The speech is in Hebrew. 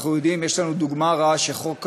אנחנו יודעים, ויש לנו דוגמה רעה שחוק השב"כ,